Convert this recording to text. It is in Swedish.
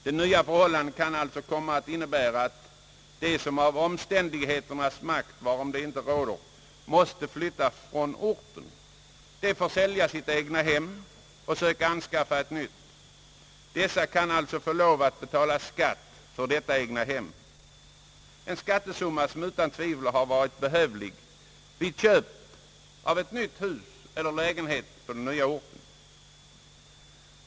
Det nya förhållandet kan alltså komma att innebära att de, som på grund av omständigheternas makt — varöver de inte råder — måste flytta från orten och sälja sitt egnahem och anskaffa ett nytt hem, är tvungna att betala skatt för sitt egnahem — en skattesumma som utan tvivel hade varit behövlig vid köp av ett nytt hus eller en ny lägenhet på den nya orten.